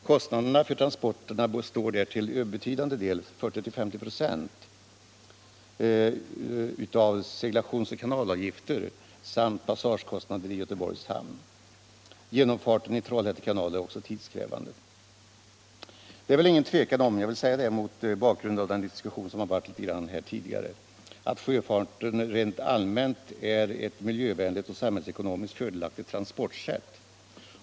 Kostnaderna för transporterna består där till betydande del — 40-50 96 — av seglationsoch kanalavgifter samt passagekostnader i Göteborgs hamn. Genomfarten i Trollhätte kanal är också tidskrävande. Det är väl ingen tvekan om -— jag vill säga det mot bakgrund av den diskussion som har förts här tidigare — att sjöfarten rent allmänt är ett miljövänligt och samhällsekonomiskt fördelaktigt transportsätt.